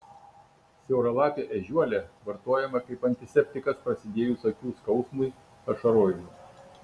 siauralapė ežiuolė vartojama kaip antiseptikas prasidėjus akių skausmui ašarojimui